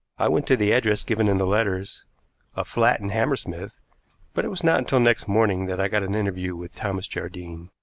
i went to the address given in the letters a flat in hammersmith but it was not until next morning that i got an interview with thomas jardine.